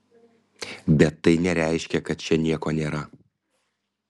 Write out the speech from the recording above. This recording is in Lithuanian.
bet tai nereiškia kad čia nieko nėra